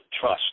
trust